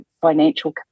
financial